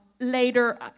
Later